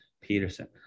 Peterson